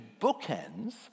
bookends